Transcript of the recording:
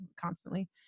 constantly